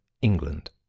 england